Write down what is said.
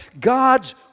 God's